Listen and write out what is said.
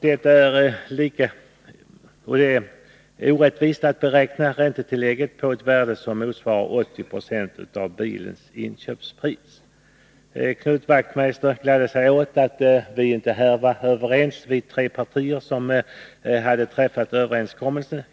Det är lika orättvist att beräkna räntetillägget på ett värde som motsvarar 80 96 av bilens inköpspris. Knut Wachtmeister gladde sig åt att vi inom de tre partier som träffat överenskommelsen inte är överens på den här punkten.